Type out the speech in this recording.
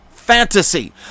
fantasy